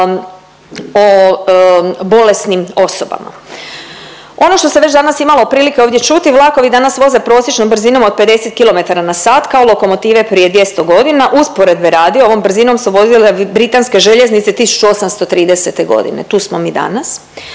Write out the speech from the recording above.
o bolesnim osobama. Ono što sam već danas imalo prilike ovdje čuti vlakovi danas voze prosječnom brzinom od 50 kilometara na sat kao lokomotive prije 200 godine. Usporedbe radi ovom brzinom su vozile britanske željeznice 1830. godine. Tu smo mi danas.